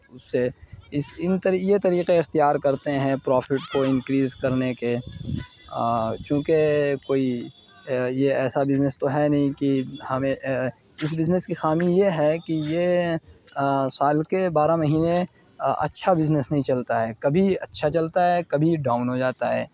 اس سے اس ان یہ طریقے اختیار کرتے ہیں پروفٹ کو انکریز کرنے کے چونکہ کوئی یہ ایسا بزنس تو ہے نہیں کہ ہمیں اس بزنس کی خامی یہ ہے کہ یہ سال کے بارہ مہینے اچھا بزنس نہیں چلتا ہے کبھی اچھا چلتا ہے کبھی ڈاؤن ہو جاتا ہے